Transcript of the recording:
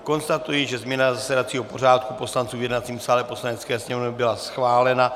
Konstatuji, že změna zasedacího pořádku poslanců v jednacím sále Poslanecké sněmovny byla schválena.